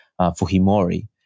Fujimori